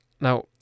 Now